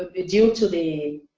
ah due to the